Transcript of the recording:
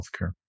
healthcare